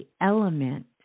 element